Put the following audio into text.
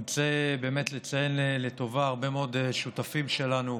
אני רוצה באמת לציין לטובה הרבה מאוד שותפים שלנו,